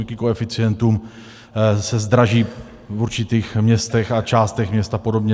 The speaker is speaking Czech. Díky koeficientům se zdraží v určitých městech a částech měst a podobně.